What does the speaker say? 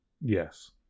Yes